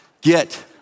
get